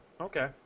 Okay